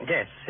Yes